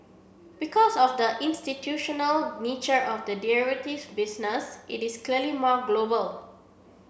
because of the institutional nature of the derivatives business it is clearly more global